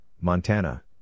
Montana